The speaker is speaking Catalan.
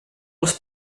els